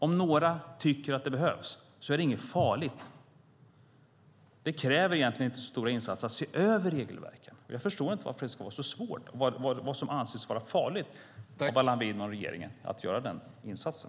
Om några tycker att det behövs är det inget farligt att göra det. Det kräver egentligen inte så stora insatser att se över regelverket. Jag förstår inte varför det ska vara så svårt och vad Allan Widman och regeringen anser vara farligt med att göra den insatsen.